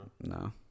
No